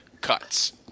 cuts